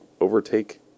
overtake